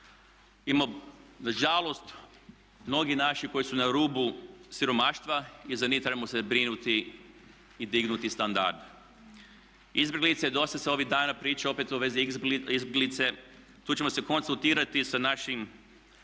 Ima nažalost mnogih naših koji su na rubu siromaštva i za njih se trebamo brinuti i dignuti standard. Izbjeglice, dosta se ovih dana priča opet u vezi izbjeglica, tu ćemo se konzultirati sa našim